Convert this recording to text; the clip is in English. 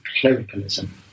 clericalism